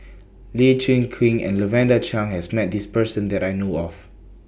Lee Chin Koon and Lavender Chang has Met This Person that I know of